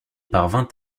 parvint